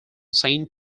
saint